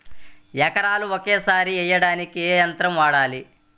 ఎకరాలు ఒకేసారి వేయడానికి ఏ యంత్రం వాడాలి?